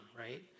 right